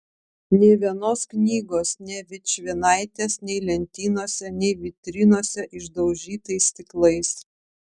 nė vienos knygos nė vičvienaitės nei lentynose nei vitrinose išdaužytais stiklais